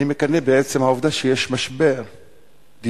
אני מקנא בעצם העובדה שיש משבר דיור.